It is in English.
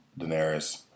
Daenerys